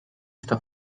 està